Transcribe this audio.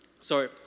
sorry